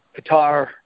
Qatar